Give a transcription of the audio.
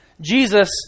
Jesus